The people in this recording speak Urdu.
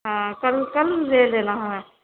ہاں کل کل دے دینا ہمیں